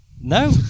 No